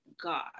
god